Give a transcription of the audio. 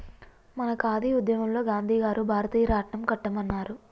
మన ఖాదీ ఉద్యమంలో గాంధీ గారు భారతీయ రాట్నం కట్టమన్నారు